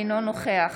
אינו נוכח